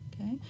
okay